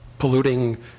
polluting